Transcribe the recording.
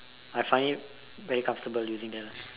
I find it very comfortable using that lah